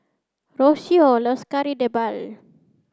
Rocio loves Kari Debal